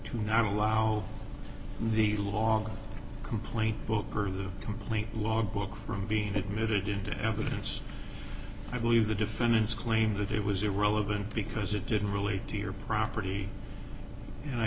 to not allow the long complaint book or the complaint logbook from being admitted into evidence i believe the defendant's claim that it was irrelevant because it didn't relate to your property and i